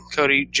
Cody